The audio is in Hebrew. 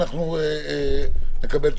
אנחנו לא ממהרים,